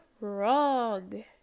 Wrong